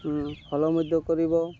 follow ମଧ୍ୟ କରିବ